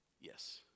yes